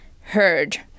heard